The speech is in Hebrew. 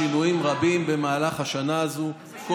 מערכת החינוך עברה שינויים רבים במהלך השנה הזאת.